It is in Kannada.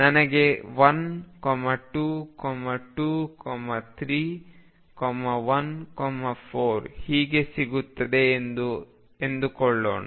ನನಗೆ 1 2 2 3 1 4 ಹೀಗೆ ಸಿಗುತ್ತದೆ ಎಂದುಕೊಳ್ಳೋಣ